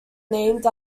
named